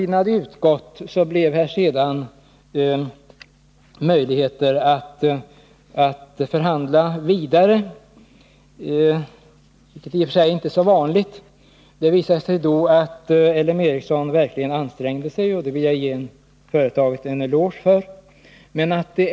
Det blir sedan möjligt att förhandla vidare, vilket i och för sig inte är så vanligt. LM Ericsson ansträngde sig då verkligen, och det vill jag ge företaget en eloge för.